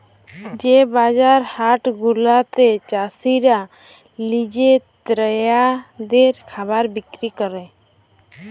যে বাজার হাট গুলাতে চাসিরা লিজে ক্রেতাদের খাবার বিক্রি ক্যরে